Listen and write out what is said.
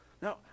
No